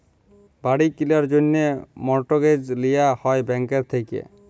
বাড়ি কিলার জ্যনহে মর্টগেজ লিয়া হ্যয় ব্যাংকের থ্যাইকে